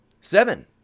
seven